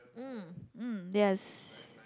mm mm yes